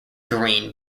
green